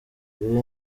ibi